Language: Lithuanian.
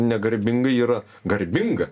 negarbingai yra garbinga